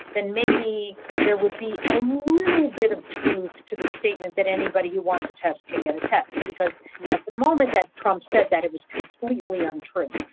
then maybe there would be a little bit of truth to the statement that anybody anybody who wants a test can get a test, because at the moment that trump said that it was completely untrue.